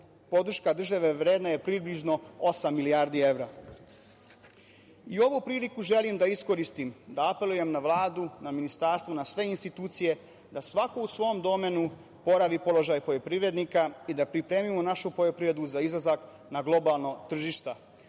podrška države vredna je približno osam milijardi evra.I ovu priliku želim da iskoristim da apelujem na Vladu, na Ministarstvo, na sve institucije, da svako u svom domenu oporavi položaj poljoprivrednika i da pripremimo našu poljoprivredu za izlazak na globalno tržište. Oduvek